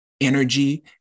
energy